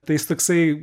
tai jis toksai